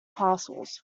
parcels